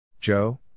Joe